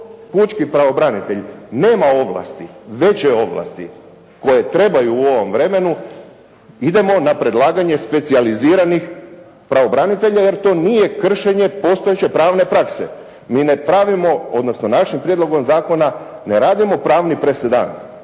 dok pučki pravobranitelj nema ovlasti, veće ovlasti koje trebaju u ovom vremenu. Idemo na predlaganje specijaliziranih pravobranitelja, jer to nije kršenje postojeće pravne prakse. Mi ne pravimo, odnosno našim prijedlogom zakona ne radimo pravni presedan.